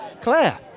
Claire